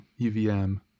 UVM